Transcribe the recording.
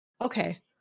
okay